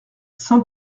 saint